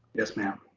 yes ma'am.